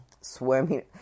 swimming